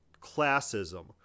classism